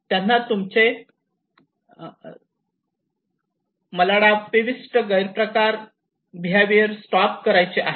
त्यांना तुमचे मलाडाप्टिव गैरप्रकार बिहेवियर स्टॉप करायचे आहे